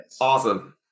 Awesome